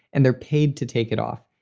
and they're paid to take it off.